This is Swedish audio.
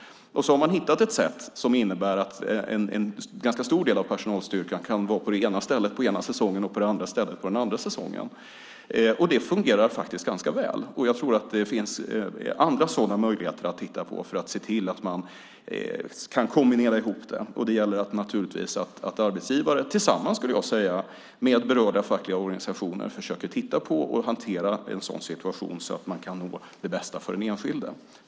Man har hittat ett sätt som innebär att en ganska stor del av personalstyrkan kan vara på det ena stället under den ena säsongen och på det andra stället under den andra säsongen. Det fungerar ganska väl. Jag tror att det finns andra sådana möjligheter att titta på för att se till att man kan kombinera det hela. Det gäller att arbetsgivare tillsammans - skulle jag vilja säga - med berörda fackliga organisationer försöker titta på och hantera en sådan situation så att man kan nå det bästa för den enskilde.